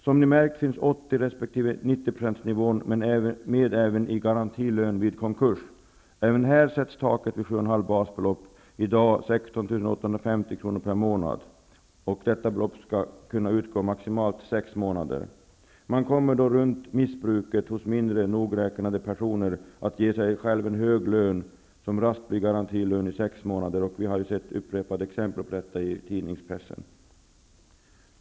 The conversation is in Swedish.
Som ni märkt föreslås 80 resp. 90-procentsnivån även i fråga om garantilön vid konkurs. Även här sätts taket vid 7,5 basbelopp, motsvarande i dag 16 850 kr. per månad. Detta belopp skall kunna utgå maximalt under sex månader. Man kommer då runt missbruket hos mindre nogräknade personer att ge sig själv en hög lön, som raskt blir garantilön i sex månader. Vi har läst om sådant i dagspressen.